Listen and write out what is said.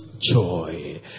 joy